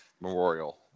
memorial